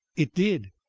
it did!